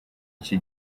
iki